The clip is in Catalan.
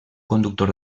conductor